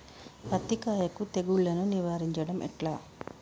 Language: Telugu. పత్తి కాయకు తెగుళ్లను నివారించడం ఎట్లా?